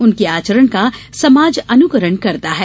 उनके आचरण का समाज अनुकरण करता है